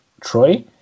Troy